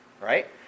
right